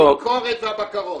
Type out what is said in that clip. על הביקורת והבקרות,